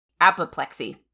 apoplexy